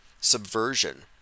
subversion